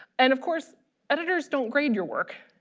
and of course editors don't grade your work